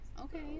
Okay